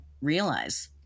realize